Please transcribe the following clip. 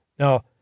Now